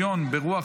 בו.